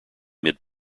mid